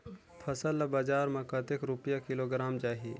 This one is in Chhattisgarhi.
फसल ला बजार मां कतेक रुपिया किलोग्राम जाही?